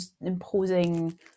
imposing